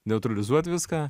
neutralizuot viską